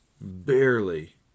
barely